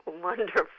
wonderful